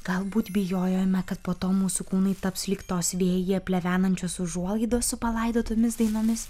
galbūt bijojome kad po to mūsų kūnai taps lyg tos vėjyje plevenančios užuolaidos su palaidotomis dainomis